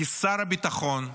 כשר הביטחון,